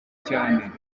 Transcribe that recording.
cyane